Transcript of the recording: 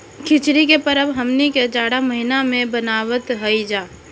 खिचड़ी के परब हमनी के जाड़ा के महिना में मनावत हई जा